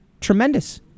tremendous